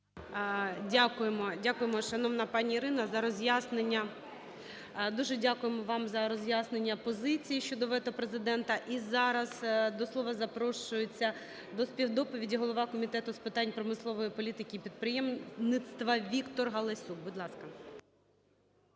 дякуємо вам за роз'яснення позицій щодо вето Президента. І зараз до слова запрошується, до співдоповіді голова Комітету з питань промислової політики і підприємництва Віктор Галасюк.